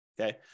Okay